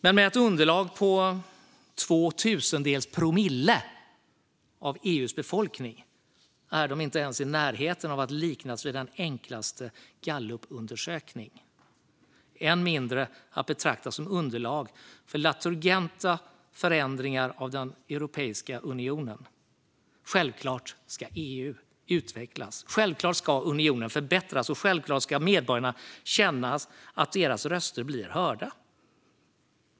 Med ett underlag på två tusendels promille av EU:s befolkning är de inte ens i närheten av att kunna liknas vid den enklaste gallupundersökning och än mindre att betrakta som underlag för laturgenta förändringar av Europeiska unionen. Självklart ska EU utvecklas, självklart ska unionen förbättras och självklart ska medborgarna känna att deras röster blir hörda.